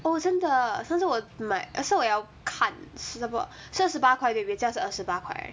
oh 真的上次我买上次我要看是差不多是三十八块对不对原价是二十八块 right